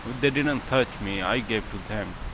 they didn't and search me, i gave to them.